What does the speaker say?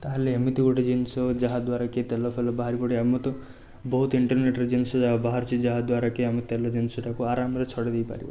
ତାହେଲେ ଏମିତି ଗୋଟେ ଜିନିଷ ଯାହା ଦ୍ଵାରାକି ତେଲଫେଲ ବାହାରି ପଡ଼ିବ ଆମର ତ ବହୁତ ଇଣ୍ଟରନେଟ୍ରେ ଜିନିଷ ବାହାରିଛି ଯାହାଦ୍ଵାରାକି ଆମେ ତେଲ ଜିନିଷଟାକୁ ଆରାମରେ ଛଡ଼େଇ ଦେଇପାରିବା